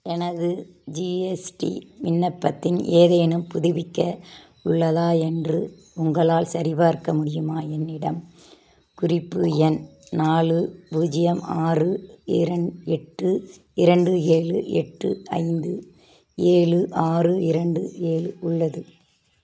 எனது ஜிஎஸ்டி விண்ணப்பத்தின் ஏதேனும் புதுப்பிக்க உள்ளதா என்று உங்களால் சரிபார்க்க முடியுமா என்னிடம் குறிப்பு எண் நாலு பூஜ்ஜியம் ஆறு இரண் எட்டு இரண்டு ஏழு எட்டு ஐந்து ஏழு ஆறு இரண்டு ஏழு உள்ளது